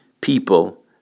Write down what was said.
people